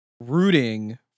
rooting